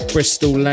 Bristol